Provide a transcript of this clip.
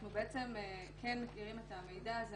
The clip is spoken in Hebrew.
אנחנו מכירים את המידע הזה,